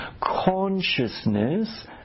consciousness